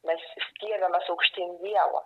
mes stiebiamės aukštyn dievo